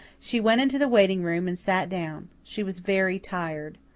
she went into the waiting-room and sat down. she was very tired.